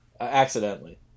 Accidentally